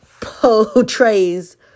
portrays